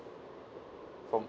from